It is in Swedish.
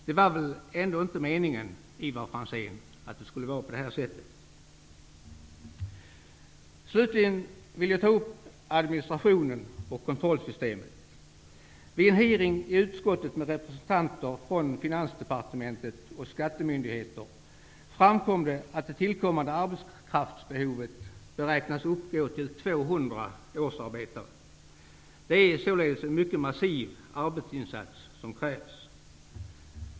Det var väl ändå inte meningen, Ivar Franzén, att det skulle bli på det sättet? Slutligen vill jag ta upp administrationen och kontrollsystemet. Vid en hearing i utskottet med representanter för Finansdepartementet och skattemyndigheterna framkom det att det tillkommande arbetskraftsbehovet beräknas uppgå till 200 årsarbetare. Det är således en mycket massiv arbetsinsats som krävs.